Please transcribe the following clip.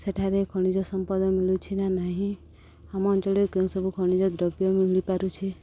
ସେଠାରେ ଖଣିଜ ସମ୍ପଦ ମିଳୁଛି ନା ନାହିଁ ଆମ ଅଞ୍ଚଳରେ କେଉଁ ସବୁ ଖଣିଜ ଦ୍ରବ୍ୟ ମିଳିପାରୁଛି